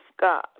God